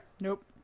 Nope